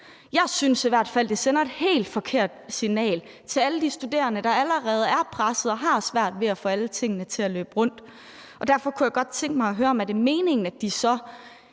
Jeg synes i hvert fald, at det sender et helt forkert signal til alle de studerende, der allerede er pressede og har svært ved at få alle tingene til at løbe rundt. Derfor kunne jeg godt tænke mig at høre, om det er meningen, at dem,